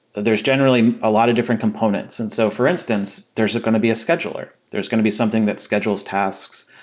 there is generally a lot of different components. and so for instance, there's going to be a scheduler. there's going to be something that schedules tasks.